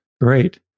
Great